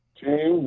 team